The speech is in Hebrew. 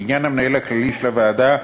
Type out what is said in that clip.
לעניין המנהל הכללי של הוועדה,